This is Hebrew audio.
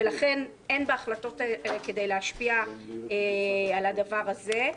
ולכן אין בהחלטות האלה כדי להשפיע על הדבר הזה.